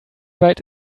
weit